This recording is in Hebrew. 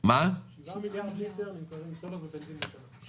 שבעה מיליארד ליטר סולר ובנזין נמכרים בישראל.